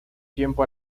tiempo